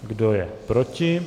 Kdo je proti?